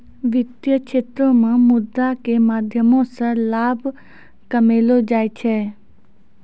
वित्तीय क्षेत्रो मे मुद्रा के माध्यमो से लाभ कमैलो जाय छै